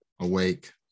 awake